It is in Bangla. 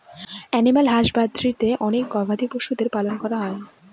এনিম্যাল হাসবাদরীতে অনেক গবাদি পশুদের পালন করা হয়